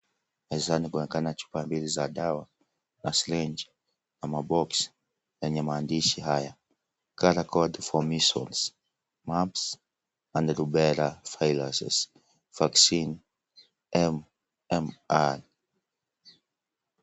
Mezani kuna chupa mbili za dawa na sirinchi na maboksi yenye maandishi haya: colour codes for measles months and viruses vaccines MMR .